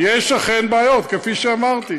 יש בעיות, כפי שאמרתי.